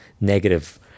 negative